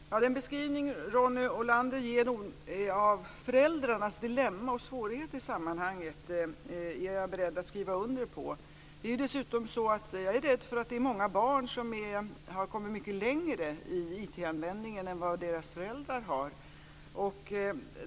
Fru talman! Den beskrivning Ronny Olander ger av föräldrarnas dilemma och svårigheter i sammanhanget är jag beredd att skriva under på. Jag är dessutom rädd för att många barn har kommit mycket längre i IT-användningen än vad deras föräldrar har.